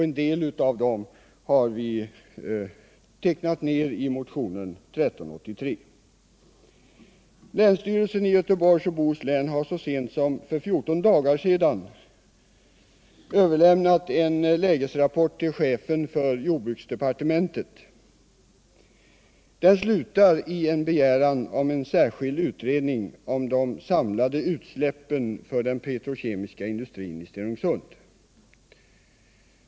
En del av dem har vi tecknat ned i vår motion. Länsstyrelsen i Göteborgs och Bohus län har så sent som för fjorton dagar sedan överlämnat en lägesrapport till chefen för jordbruksdepartementet. Den slutar i en begäran om en särskild utredning beträffande de samlade utsläppen för den petrokemiska industrin i Stenungsund.